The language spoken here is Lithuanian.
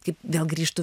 kaip vėl grįžtu